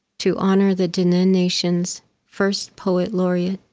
to honor the dine ah nation's first poet laureate,